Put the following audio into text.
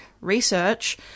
research